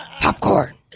Popcorn